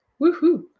Woohoo